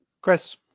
Chris